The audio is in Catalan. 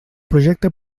projecte